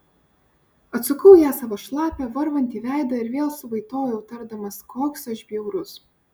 atsukau į ją savo šlapią varvantį veidą ir vėl suvaitojau tardamas koks aš bjaurus